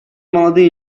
молодые